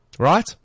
Right